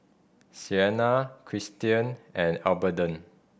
Sienna Kristian and Adelbert